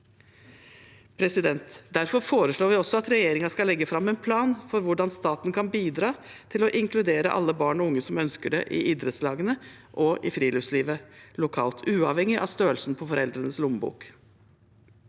Derfor foreslår vi også at regjeringen skal legge fram en plan for hvordan staten kan bidra til å inkludere alle barn og unge som ønsker det, i idrettslagene og i friluftslivet lokalt, uavhengig av størrelsen på foreldrenes lommebok